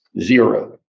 Zero